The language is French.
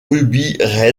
ruby